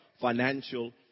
financial